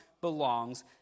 belongs